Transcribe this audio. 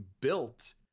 built